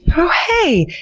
oh heeeyyy,